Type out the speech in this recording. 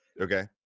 okay